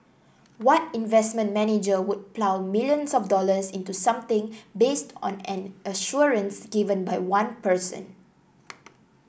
what investment manager would plough millions of dollars into something based on an assurance given by one person